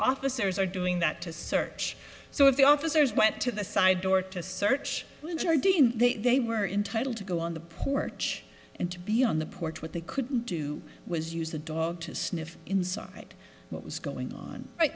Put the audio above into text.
officers are doing that to search so if the officers went to the side door to search your dean they were entitle to go on the porch and to be on the porch what they could do was use the dog to sniff inside what was going on